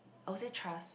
oh say trust